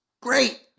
Great